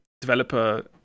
developer